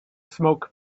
smoke